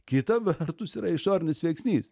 kita vertus yra išorinis veiksnys